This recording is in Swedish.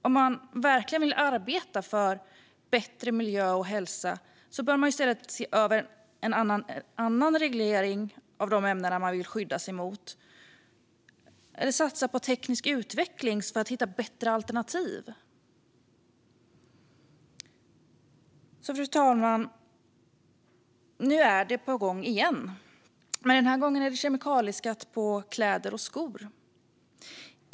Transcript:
Om man verkligen vill arbeta för bättre miljö och hälsa bör man i stället se över annan reglering av de ämnen man vill skydda sig mot och satsa på teknisk utveckling för att hitta bättre alternativ. Fru talman! Nu är det på gång igen. Den här gången handlar det om en kemikalieskatt på kläder och skor.